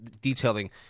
detailing